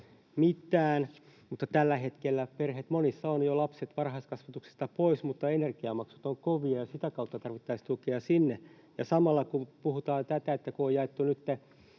Tällä hetkellä monissa perheissä on jo lapset varhaiskasvatuksesta pois, mutta energiamaksut ovat kovia ja sitä kautta tarvittaisiin tukea sinne. Samalla kun puhutaan tätä, että on jaettu nytten